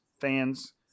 fans